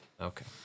Okay